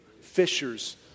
fishers